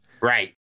Right